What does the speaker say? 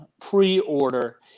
pre-order